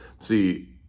see